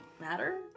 matter